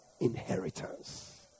inheritance